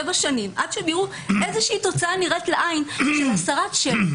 שבע שנים עד שיראו תוצאה נראית לעין של הסרת שלט,